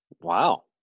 Wow